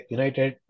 United